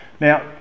Now